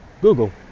Google